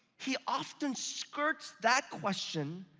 he often skirts that question,